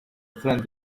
friend